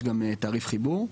יש גם תעריף חיבור.